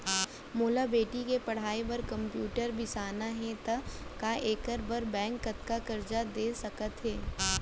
मोला बेटी के पढ़ई बार कम्प्यूटर बिसाना हे त का एखर बर बैंक कतका करजा दे सकत हे?